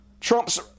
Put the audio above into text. Trump's